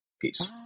Peace